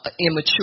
immature